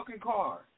car